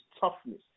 toughness